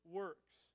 works